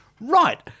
Right